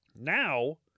Now